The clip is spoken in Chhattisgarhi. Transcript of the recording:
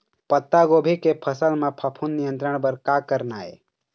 पत्तागोभी के फसल म फफूंद नियंत्रण बर का करना ये?